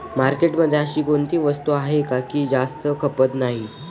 मार्केटमध्ये अशी कोणती वस्तू आहे की जास्त खपत नाही?